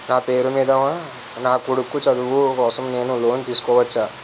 నా పేరు మీద నా కొడుకు చదువు కోసం నేను లోన్ తీసుకోవచ్చా?